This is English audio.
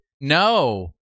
No